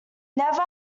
never